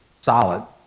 solid